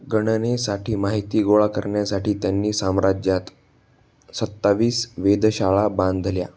गणनेसाठी माहिती गोळा करण्यासाठी त्यांनी साम्राज्यात सत्तावीस वेधशाळा बांधल्या